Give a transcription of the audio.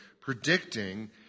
predicting